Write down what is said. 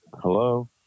Hello